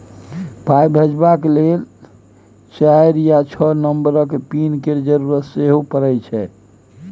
पाइ भेजबाक लेल चारि या छअ नंबरक पिन केर जरुरत सेहो परय छै